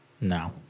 No